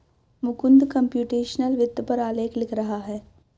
Mukund computational वित्त पर आलेख लिख रहा है